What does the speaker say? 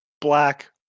Black